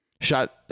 Shot